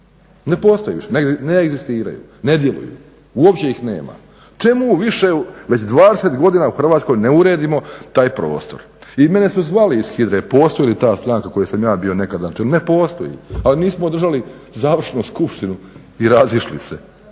Ne postoji više, ne egzistiraju, ne djeluju, uopće ih nema. Čemu više, već 20 godina u Hrvatskoj ne uredimo taj prostor? I mene su zvali iz HIDRA-e, postoji li ta stranka u kojoj sam ja bio nekada član? Ne postoji, ali mi smo održali završnu skupštinu i razišli se.